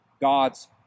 God's